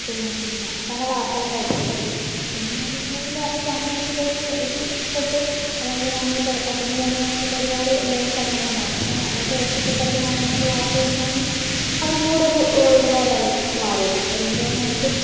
പിന്നെ പല വാർത്തകളായിരിക്കല്ലോ പിന്നെന്നു വെച്ചിട്ടുണ്ടെങ്കില് അത് സമൂഹത്തിലേക്ക് എത്തിപ്പെട്ട് അതായത് നമ്മളിപ്പോൾ പട്ടിണി കാര്യങ്ങളൊക്കെ ഉള്ള ഒരുപാട് സ്ഥലങ്ങളുണ്ടാവും അപ്പോൾ അവിടെയൊക്കെ എത്തിപ്പെട്ടവര് മാധ്യമങ്ങളില് വാർത്ത കൊടുക്കുവാണെങ്കില് അവർക്കും കൂടെ ഒരു ഉപകരായി മാറുന്നത് അതുകൊണ്ടു തന്നെ നമുക്ക്